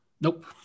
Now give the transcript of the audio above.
Nope